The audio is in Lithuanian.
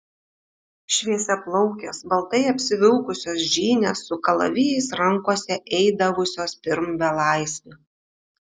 šviesiaplaukės baltai apsivilkusios žynės su kalavijais rankose eidavusios pirm belaisvių